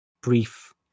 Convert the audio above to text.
brief